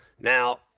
Now